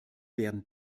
werden